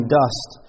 dust